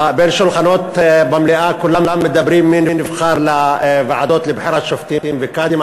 בין השולחנות במליאה כולם מדברים מי נבחר לוועדות לבחירת שופטים וקאדים.